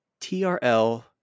TRL